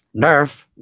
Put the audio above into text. nerf